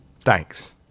thanks